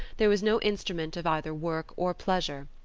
there was no instrument of either work or pleasure.